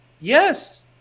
Yes